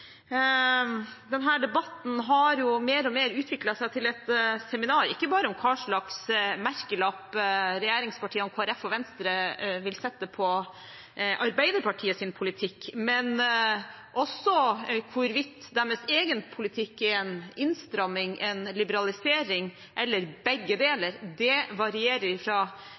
den debatten vi har nå. Det er kanskje ikke så rart, for denne debatten har mer og mer utviklet seg til et seminar – ikke bare om hva slags merkelapp regjeringspartiene og Kristelig Folkeparti og Venstre vil sette på Arbeiderpartiets politikk, men også hvorvidt deres egen politikk er en innstramming, en liberalisering eller begge deler. Det